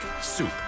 Soup